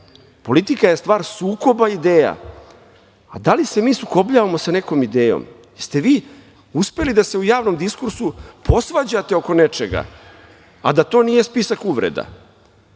Politika je stvar sukoba ideja. Da li se mi sukobljavamo sa nekom idejom? Jeste vi uspeli da se u javnom diskursu posvađate oko nečega, a da to nije spisak uvreda?